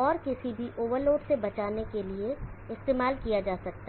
और किसी भी ओवर लोड से बचाने के लिए इस्तेमाल किया जा सकता है